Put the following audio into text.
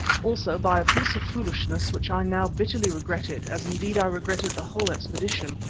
also by a piece of foolishness which i now bitterly regretted, as indeed i regretted the whole expedition,